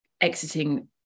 exiting